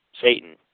Satan